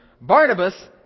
Barnabas